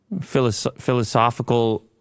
philosophical